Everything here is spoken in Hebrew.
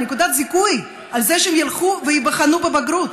נקודת זיכוי על זה שהם ילכו וייבחנו בבגרות.